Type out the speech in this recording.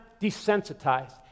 desensitized